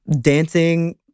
dancing